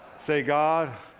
say god.